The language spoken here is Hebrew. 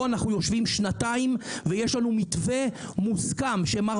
אנו יושבים שנתיים ויש לנו איתו מתווה מוסכם שמר